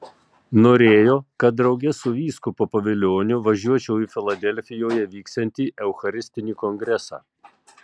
norėjo kad drauge su vyskupu poviloniu važiuočiau į filadelfijoje vyksiantį eucharistinį kongresą